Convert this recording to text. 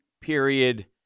period